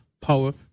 power